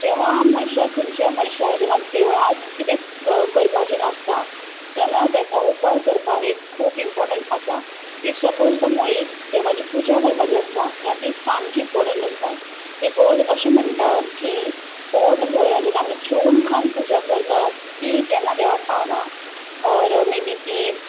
जेन्ना मनशाक खंयच्या मनशाक जेन्ना देवळांत कितें करपाचें आसता तेन्ना ताका उपास करपाक एक खूब इंपोर्टंट आसता इफ सपोज तो मनीस देवाची पुजा करपाची आसता तेन्ना ती सामकी इंपोर्टंट आसता बिकोज अशें म्हणटात की पोठ भरून जेन्ना आमी जेवून खावून पुजा करतात ती केन्ना देवाक पावना ओर मे बी ती